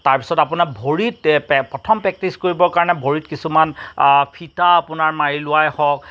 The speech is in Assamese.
তাৰ পিছত আপোনাৰ ভৰিত প্ৰথম পেকটিচ কৰিব কাৰণে ভৰিত কিছুমান ফিটা আপোনাৰ মাৰি লোৱাই হও